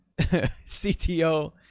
CTO